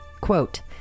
Quote